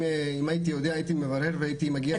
אם הייתי יודע הייתי מברר והייתי מגיע עם תשובות נכונות.